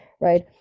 right